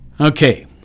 Okay